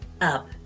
Up